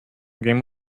game